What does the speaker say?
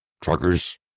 Truckers